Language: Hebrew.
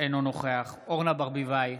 אינו נוכח אורנה ברביבאי,